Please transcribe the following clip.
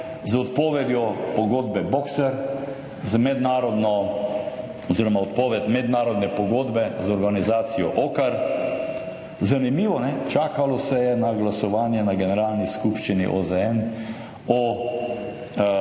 z odpovedjo pogodbe Boxer z mednarodno oziroma odpoved mednarodne pogodbe z organizacijo OCCAR. Zanimivo, čakalo se je na glasovanje na generalni skupščini OZN o